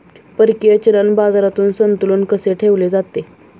परकीय चलन बाजारात संतुलन कसे ठेवले जाते?